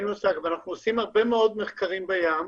אנחנו עושים הרבה מאוד מחקרים בים.